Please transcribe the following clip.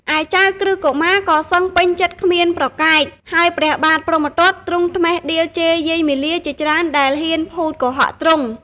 ឯចៅក្រឹស្នកុមារក៏សឹងពេញចិត្តគ្មានប្រកែក ហើយព្រះបាទព្រហ្មទត្តទ្រង់ត្មិះដៀលជេរយាយមាលាជាច្រើនដែលហ៊ានភូតកុហកទ្រង់។